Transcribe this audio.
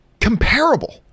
comparable